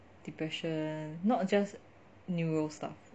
depression not just neuro stuff